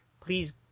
please